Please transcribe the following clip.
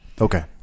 Okay